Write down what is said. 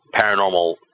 paranormal